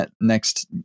next